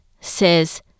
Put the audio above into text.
says